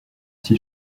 ainsi